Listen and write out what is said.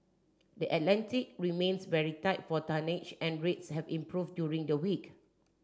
the Atlantic remains very tight for tonnage and rates have improved during the week